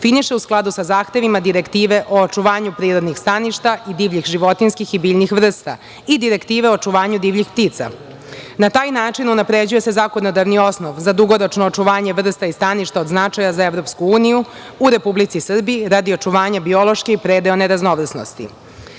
definiše u skladu sa zahtevima Direktive o očuvanju prirodnih staništa i divljih životinjskih i biljnih vrsta i Direktive o očuvanju divljih ptica. Na taj način unapređuje se zakonodavni osnov za dugoročno očuvanje vrsta i staništa od značaja za EU u Republici Srbiji, radi očuvanja biološke i predeone raznovrsnosti. Takođe,